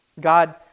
God